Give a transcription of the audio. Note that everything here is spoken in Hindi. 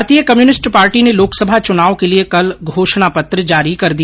भारतीय कम्युनिस्ट पार्टी ने लोकसभा चुनाव के लिए कल घोषणा पत्र जारी कर दिया